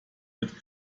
mit